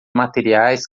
materiais